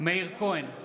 מאיר כהן,